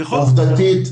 עובדתית,